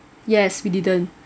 yes we didn't